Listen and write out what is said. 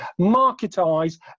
marketise